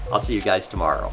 i'll see you guys tomorrow.